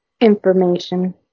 information